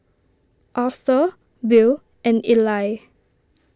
Arthur Bill and Ely